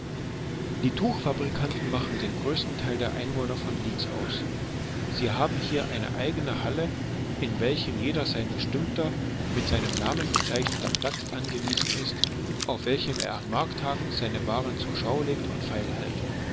die tuchfabrikanten machen den größten teil der einwohner von leeds aus sie haben hier eine eigene halle in welcher jedem sein bestimmter mit seinem namen bezeichnete platz angewiesen ist auf welchem er an markttagen seine waren zur schau legt und feil hält